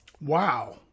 Wow